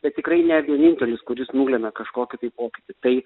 tai tikrai ne vienintelis kuris nulemia kažkokį tai pokytį tai